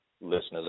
listeners